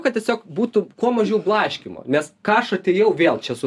kad tiesiog būtų kuo mažiau blaškymo nes ką aš atėjau vėl čia su